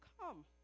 come